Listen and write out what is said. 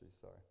sorry